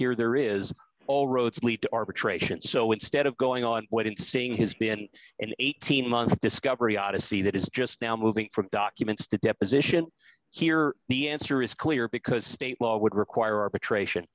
here there is all roads lead to arbitration so instead of going on what it seeing has been an eighteen month discovery odyssey that is just now moving from documents to deposition here the answer is clear because state law would require arbitration